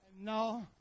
No